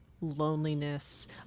loneliness